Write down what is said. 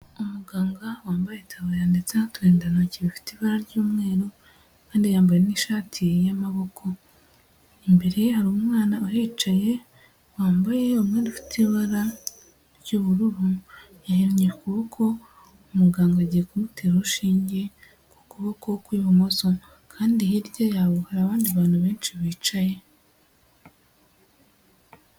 Umuganga wambaye itaburiya ndetse n'uturindantoki bifite ibara ry'umweru kandi yambaye n'ishati y'amaboko, imbere ye hari umwana uhicaye wambaye umwenda ufite ibara ry'ubururu, yahinnye ukuboko umuganga agiye kumutera urushinge ku kuboko ku ibumoso kandi hirya yabo hari abandi bantu benshi bicaye.